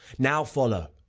now follow,